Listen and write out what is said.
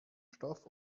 stoff